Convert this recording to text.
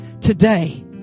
today